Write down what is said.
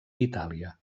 itàlia